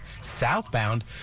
southbound